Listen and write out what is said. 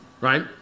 right